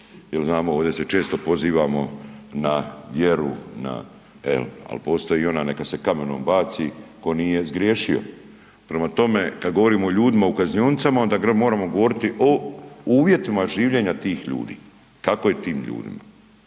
znamo ovdje se često pozivamo na vjeru, ali postoji i ona neka se kamenom baci ko nije zgriješio. Prema tome, kada govorimo o ljudima u kaznionicama onda moramo govoriti o uvjetima življenja tih ljudi, kako je tim ljudima.